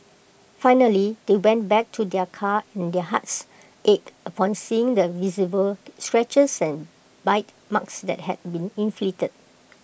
finally they went back to their car and their hearts ached upon seeing the visible scratches and bite marks that had been inflicted